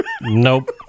nope